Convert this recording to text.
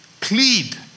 plead